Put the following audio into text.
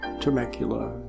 Temecula